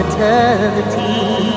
Eternity